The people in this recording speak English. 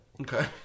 Okay